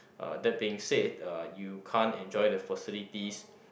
uh that being said uh you can't enjoy the facilities